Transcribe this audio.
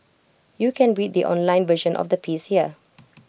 you can read the online version of the piece here